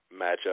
matchup